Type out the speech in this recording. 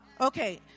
Okay